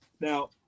now